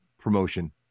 promotion